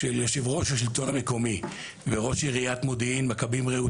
של יושב-ראש השלטון המקומי וראש עיריית מכבים-רעות,